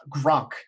Gronk